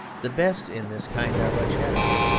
the best in this kind are but shadows.